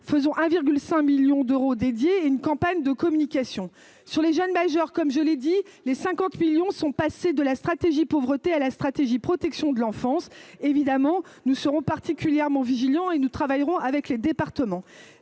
virgule 5 millions d'euros, dédié à une campagne de communication sur les jeunes majeurs comme je l'ai dit, les 50 millions sont passés de la stratégie pauvreté à la stratégie, protection de l'enfance, évidemment nous serons particulièrement vigilants et nous travaillerons avec les départements,